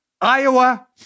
Iowa